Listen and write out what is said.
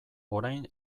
orain